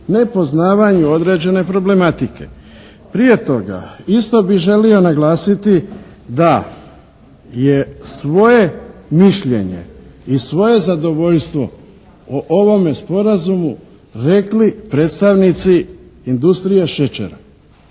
nepoznavanju određene problematike. Prije toga isto bi želio naglasiti da je svoje mišljenje i svoje zadovoljstvo o ovome sporazumu rekli predstavnici industrije šećera